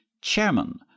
chairman